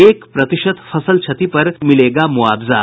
एक प्रतिशत फसल क्षति पर भी मिलेगा मुआवजा